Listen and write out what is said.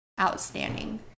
outstanding